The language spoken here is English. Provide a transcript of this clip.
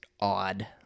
odd